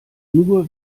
nur